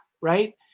right